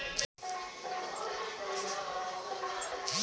का परची कटाय बिना मोला धान ल मंडी म बेचन नई धरय?